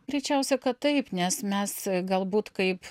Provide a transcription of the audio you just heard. greičiausia kad taip nes mes galbūt kaip